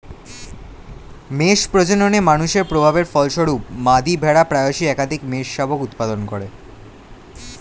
মেষ প্রজননে মানুষের প্রভাবের ফলস্বরূপ, মাদী ভেড়া প্রায়শই একাধিক মেষশাবক উৎপাদন করে